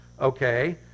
Okay